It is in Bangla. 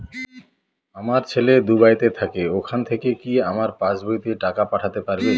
আমার ছেলে দুবাইতে থাকে ওখান থেকে কি আমার পাসবইতে টাকা পাঠাতে পারবে?